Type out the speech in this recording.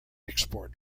export